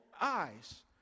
eyes